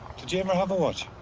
did you ever have a watch?